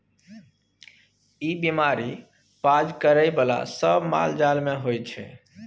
ई बीमारी पाज करइ बला सब मालजाल मे होइ छै